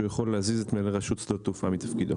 יכול להזיז את מנהל רשות שדות התעופה מתפקידו.